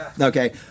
Okay